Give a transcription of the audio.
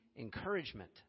encouragement